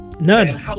None